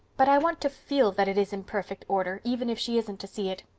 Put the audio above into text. but i want to feel that it is in perfect order, even if she isn't to see it,